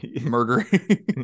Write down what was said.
murdering